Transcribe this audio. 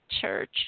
church